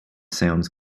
sounds